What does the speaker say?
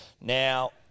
Now